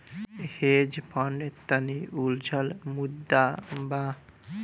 hedge fund तनि उलझल मुद्दा बा